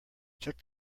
check